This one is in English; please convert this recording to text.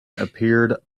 appeared